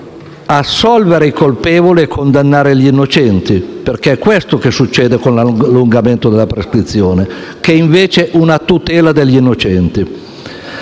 intenda assolvere i colpevoli e condannare gli innocenti; è questo, infatti, che succede con l'allungamento della prescrizione, che è invece una tutela degli innocenti.